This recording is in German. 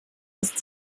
ist